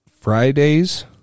Fridays